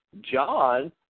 John